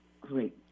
great